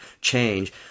change